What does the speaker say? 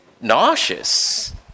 nauseous